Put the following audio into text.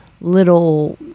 little